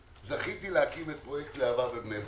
זכיתי להקים את פרויקט להב"ה בבני ברק.